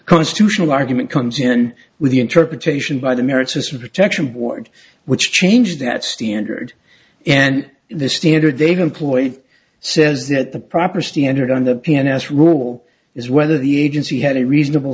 constitutional argument comes in with the interpretation by the merit system protection board which changed that standard and the standard they've employed says that the proper standard on the p s rule is whether the agency had a reasonable